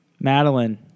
Madeline